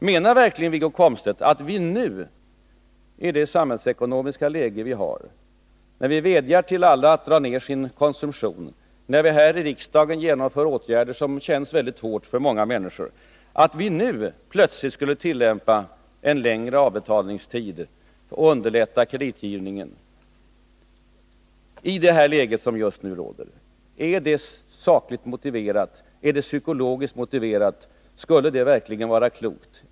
Menar verkligen Wiggo Komstedt att vi i det samhällsekonomiska läge som vi nu har, när vi vädjar till alla att dra ner sin konsumtion och när vi här i riksdagen genomför åtgärder som känns väldigt hårda för många människor, plötsligt skulle tillämpa en längre avbetalningstid och underlätta kreditgivningen? Är det sakligt motiverat, är det psykologiskt motiverat i det läge som råder? Skulle det verkligen vara klokt?